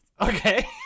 Okay